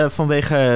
vanwege